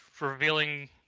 revealing